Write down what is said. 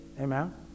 Amen